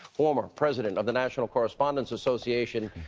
former president of the national correspondents association,